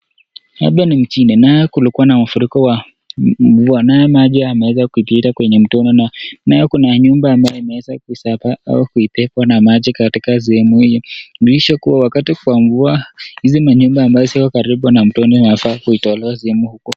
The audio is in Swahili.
Hapa ni mjini, nao kulikuwa na mafuriko ya mvua, nao maji yameweza kupita kwenye mtoni, nao kuna nyumba ambayo imeweza kusombwa au kupelekwa na maji katika sehemu hiyo. Kudhihirisha kuwa wakati wa mvua, hizi manyumba ambazo ziko karibu na mto zinafaa kutolewa sehemu huko.